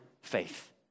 faith